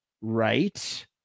right